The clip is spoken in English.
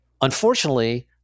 unfortunately